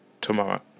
tomorrow